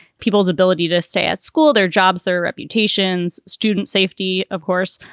people's ability to stay at school, their jobs, their reputations, students safety, of course.